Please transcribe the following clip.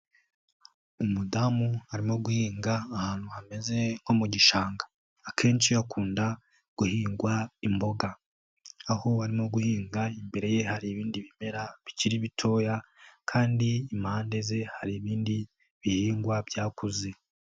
Umudamu arimo guhinga ahantu hameze nko mu gishanga, akenshi hakunda guhingwa imboga, aho arimo guhinga imbere ye hari ibindi bimera bikiri bitoya kandi impande ze hari ibindi bihingwa byakuze.